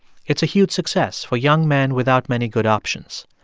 it's a huge success for young men without many good options,